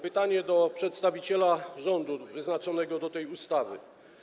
Pytanie do przedstawiciela rządu wyznaczonego do tej ustawy.